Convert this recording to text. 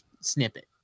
snippet